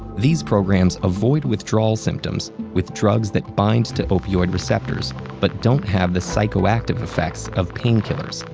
these programs avoid withdrawal symptoms with drugs that bind to opioid receptors but don't have the psychoactive effects of painkillers,